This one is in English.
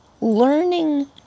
learning